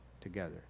together